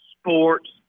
sports